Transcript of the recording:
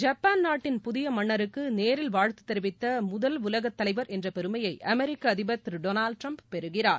Japan நாட்டின் புதிய மன்னருக்கு நேரில் வாழ்த்து தொவித்த முதல் உலக தலைவர் என்ற பெருமையை அமெரிக்க அதிபர் திரு டொனால்டு டிரம்ப் பெறுகிறார்